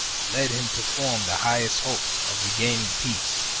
led him to form the highest hopes of regaining peace,